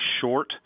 short